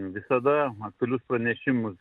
visada aktualius pranešimus